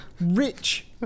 rich